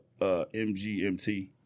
MGMT